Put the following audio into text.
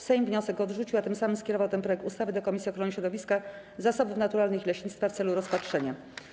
Sejm wniosek odrzucił, a tym samym skierował ten projekt ustawy do Komisji Ochrony Środowiska, Zasobów Naturalnych i Leśnictwa w celu rozpatrzenia.